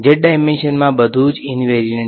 z ડાઈમેંશનમાં બધું જ ઈંવેરીયંટ છે